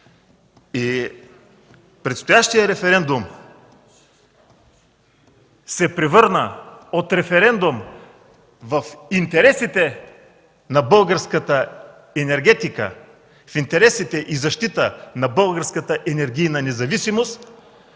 Предстоящият референдум се превърна от референдум за интересите на българската енергетика, за защитата на българската енергийна независимост